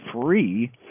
free